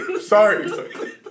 Sorry